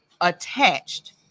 attached